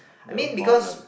I mean because